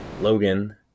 Logan